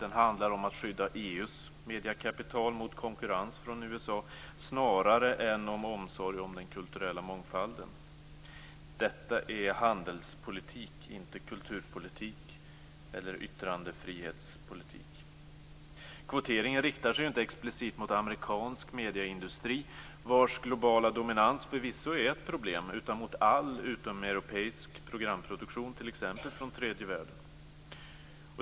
Den handlar om att skydda EU:s mediekapital mot konkurrens från USA snarare än om omsorg om den kulturella mångfalden. Detta är handelspolitik, inte kulturpolitik eller yttrandefrihetspolitik. Kvoteringen riktar sig ju inte explicit mot amerikansk medieindustri, vars globala dominans förvisso är ett problem, utan mot all utomeuropeisk programproduktion, t.ex. från tredje världen.